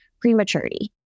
prematurity